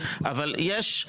אבל יש,